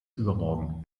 übermorgen